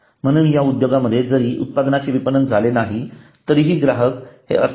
म्हणून या उद्योगामध्ये जरी उत्पादनाचे विपणन झाले नाही तरीही ग्राहक हे असतीलच